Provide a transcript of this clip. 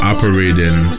Operating